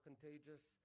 contagious